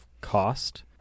cost